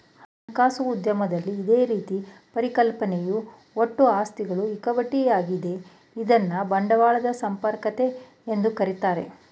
ಹಣಕಾಸು ಉದ್ಯಮದಲ್ಲಿ ಇದೇ ರೀತಿಯ ಪರಿಕಲ್ಪನೆಯು ಒಟ್ಟು ಆಸ್ತಿಗಳು ಈಕ್ವಿಟಿ ಯಾಗಿದೆ ಇದ್ನ ಬಂಡವಾಳದ ಸಮರ್ಪಕತೆ ಎಂದು ಕರೆಯುತ್ತಾರೆ